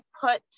put